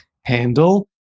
handle